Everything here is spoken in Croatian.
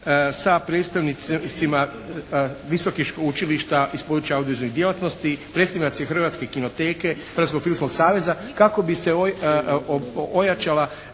sa predstavnicima visokih učilišta iz područja audiovizualnih djelatnosti, predstavnici hrvatske kinoteke, hrvatskog filmskog saveza kako bi se ojačala